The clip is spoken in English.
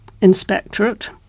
inspectorate